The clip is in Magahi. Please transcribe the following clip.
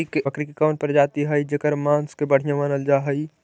बकरी के कौन प्रजाति हई जेकर मांस के बढ़िया मानल जा हई?